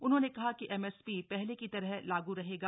उन्होंने कहा कि एमएसपी पहले की तरह लागू रहेगा